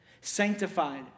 Sanctified